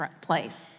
place